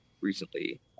recently